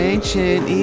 Ancient